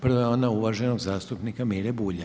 Prva je ona uvaženog zastupnika Mire Bulja.